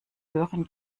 hören